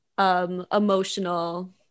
Emotional